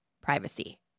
privacy